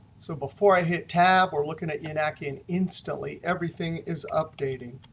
so before i hit tab, we're looking at yanaki and instantly everything is updating.